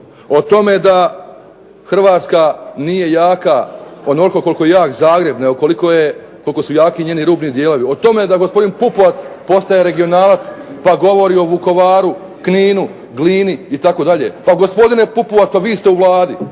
o tome da Hrvatska nije jaka onoliko koliko je jak Zagreb nego onoliko koliko su jaki njeni rubni dijelovi, o tome da gospodin Pupovac postaje regionalac pa govori o Vukovaru, Kninu, Glini itd., pa gospodine Pupovac pa vi ste u Vladi,